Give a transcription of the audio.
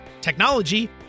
technology